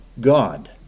God